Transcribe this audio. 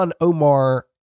Omar